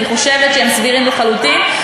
אני חושבת שהם סבירים לחלוטין.